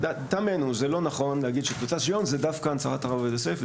לטעמנו זה לא נכון להגיד שקבוצת שוויון זה דווקא הנצחת הרב עובדיה יוסף,